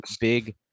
big